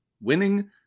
winning